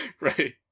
right